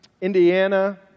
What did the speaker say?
Indiana